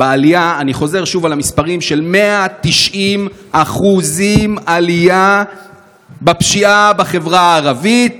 אני חוזר שוב על המספרים: 190% עלייה בפשיעה בחברה הערבית,